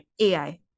AI